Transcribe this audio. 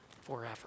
forever